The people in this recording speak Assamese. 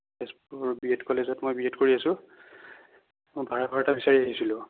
তেজপুৰ বি এড কলেজত মই বি এড কৰি আছোঁ মই ভাড়াঘৰ এটা বিচাৰি আহিছিলোঁ